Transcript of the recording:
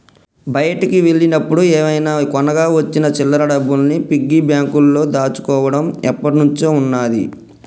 బయటికి వెళ్ళినప్పుడు ఏమైనా కొనగా వచ్చిన చిల్లర డబ్బుల్ని పిగ్గీ బ్యాంకులో దాచుకోడం ఎప్పట్నుంచో ఉన్నాది